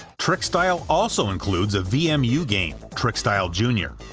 trickstyle also includes a vmu game trickstyle jr,